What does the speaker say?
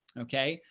okay,